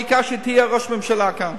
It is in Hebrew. העיקר שתהיה ראש ממשלה כאן.